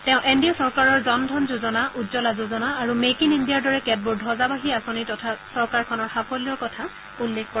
তেওঁ N D A চৰকাৰৰ জন ধন যোজনা উজ্জ্বলা যোজনা আৰু মেক ইন ইণ্ডিয়াৰ দৰে কেতবোৰ ধবজাবাহী আঁচনি তথা চৰকাৰখনৰ সাফল্যৰ কথা উল্লেখ কৰে